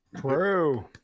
True